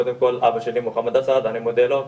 קודם כל אבא שלי מוחמד אסד אני מודה לו,